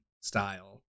style